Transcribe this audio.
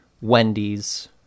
Wendy's